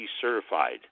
certified